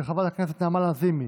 של חברת הכנסת נעמה לזימי